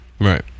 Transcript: right